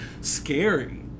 scary